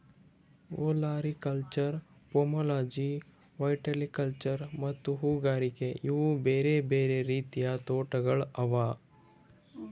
olericulture, pomology, viticulture ಮತ್ತ ಹೂಗಾರಿಕೆ ಇವು ಬೇರೆ ಬೇರೆ ರೀತಿದ್ ತೋಟಗೊಳ್ ಅವಾ